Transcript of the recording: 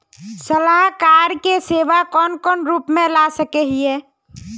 सलाहकार के सेवा कौन कौन रूप में ला सके हिये?